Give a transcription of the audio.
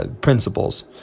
principles